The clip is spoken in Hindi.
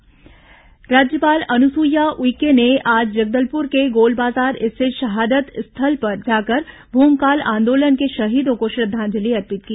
राज्यपाल शहीद श्रद्धांजलि राज्यपाल अनुसुईया उइके ने आज जगदलपुर के गोलबाजार स्थित शहादत स्थल पर जाकर भूमकाल आंदोलन के शहीदों को श्रद्धांजलि अर्पित की